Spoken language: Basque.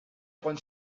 egon